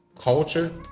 culture